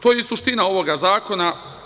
To je suština ovog zakona.